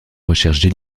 recherches